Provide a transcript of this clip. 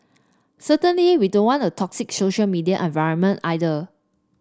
certainly we don't want a toxic social media environment either